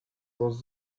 was